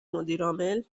مدیرعامل